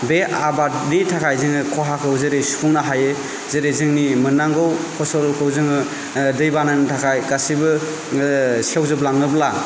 बे आबादनि थाखाय जोङो खहाखौ जेरै जोङो सुफुंनो हायो जेरै जोंनि मोननांगौ फसलफोरखौ जोङो दै बानानि थाखाय गासिबो सेवजोबलाङोब्ला